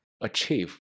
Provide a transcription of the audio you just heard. achieve